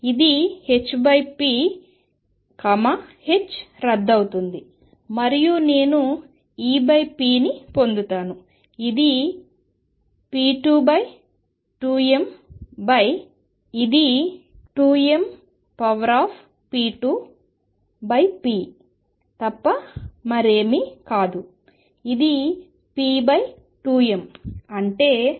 ఇది hp h రద్దు అవుతుంది మరియు నేను Epని పొందుతాను ఇది p22mp తప్ప మరేమీ కాదు ఇది p2m అంటే vparticle 2